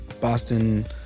Boston